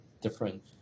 different